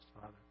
Father